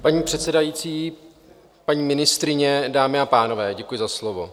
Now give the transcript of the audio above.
Paní předsedající, paní ministryně, dámy a pánové, děkuji za slovo.